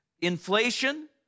inflation